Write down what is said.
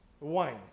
wine